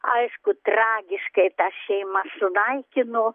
aišku tragiškai tas šeimas sunaikino